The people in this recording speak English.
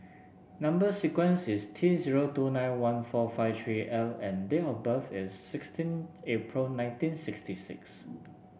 number sequence is T zero two nine one four five three L and date of birth is sixteen April nineteen sixty six